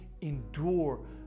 endure